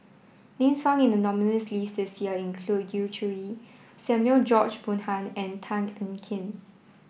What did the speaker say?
names found in the nominees' list this year include Yu Zhuye Samuel George Bonham and Tan Ean Kiam